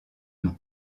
nom